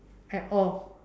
at all